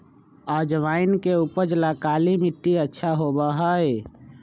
अजवाइन के उपज ला काला मट्टी अच्छा होबा हई